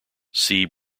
see